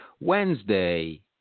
Wednesday